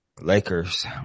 Lakers